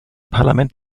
parlament